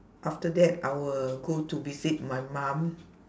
after that I will go to visit my mum